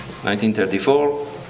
1934